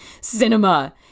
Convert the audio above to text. cinema